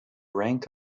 rank